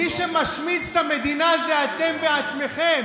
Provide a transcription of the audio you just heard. מי שמשמיץ את המדינה זה אתם בעצמכם.